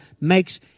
makes